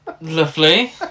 Lovely